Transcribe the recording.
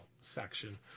section